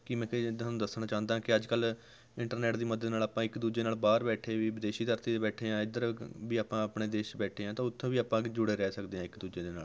ਕਿਵੇਂ ਕਿ ਜੇ ਤੁਹਾਨੂੰ ਦੱਸਣਾ ਚਾਹੁੰਦਾ ਕਿ ਅੱਜ ਕੱਲ੍ਹ ਇੰਟਰਨੈੱਟ ਦੀ ਮਦਦ ਨਾਲ਼ ਆਪਾਂ ਇੱਕ ਦੂਜੇ ਨਾਲ਼ ਬਾਹਰ ਬੈਠੇ ਵੀ ਵਿਦੇਸ਼ੀ ਧਰਤੀ 'ਤੇ ਬੈਠੇ ਹਾਂ ਇੱਧਰ ਗ ਵੀ ਆਪਾਂ ਆਪਣੇ ਦੇਸ਼ ਬੈਠੇ ਹਾਂ ਤਾਂ ਉੱਥੋਂ ਵੀ ਆਪਾਂ ਅੱਗੇ ਜੁੜੇ ਰਹਿ ਸਕਦੇ ਹਾਂ ਇੱਕ ਦੂਜੇ ਦੇ ਨਾਲ਼